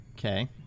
Okay